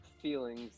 feelings